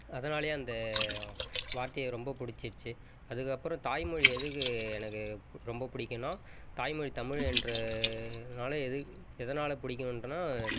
அதனாலேயே அந்த வார்த்தைய ரொம்ப பிடிச்சிடுச்சி அதுக்கப்புறம் தாய்மொழி எதுக்கு எனக்கு ரொம்ப பிடிக்கும்னா தாய்மொழி தமிழ் என்றுனால எது எதனால் பிடிக்குன்ட்டுனா